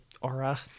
aura